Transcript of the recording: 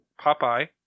popeye